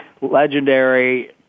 legendary